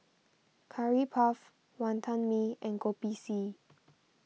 Curry Puff Wonton Mee and Kopi C